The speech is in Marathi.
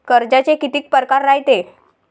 कर्जाचे कितीक परकार रायते?